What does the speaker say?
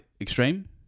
extreme